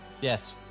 Yes